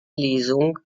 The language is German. lesung